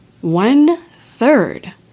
One-third